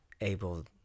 able